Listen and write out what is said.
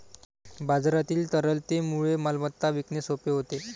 बाजारातील तरलतेमुळे मालमत्ता विकणे सोपे होते